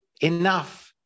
enough